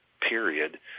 period